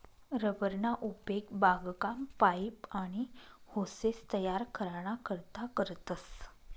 rubber ना उपेग बागकाम, पाइप, आनी होसेस तयार कराना करता करतस